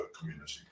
community